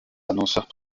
annonceurs